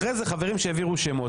אחרי זה חברים שהעבירו שמות